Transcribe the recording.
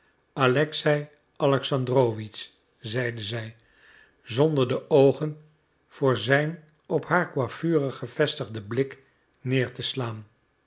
alexei alexandrowitsch zeide zij zonder de oogen voor zijn op haar coiffure gevestigden blik neer te slaan